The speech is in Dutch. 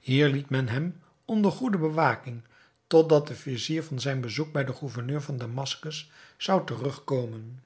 hier liet men hem onder goede bewaking tot dat de vizier van zijn bezoek bij den gouverneur van damaskus zou terugkomen